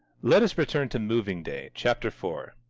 let us return to moving day, chapter four.